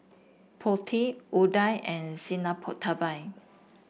Potti Udai and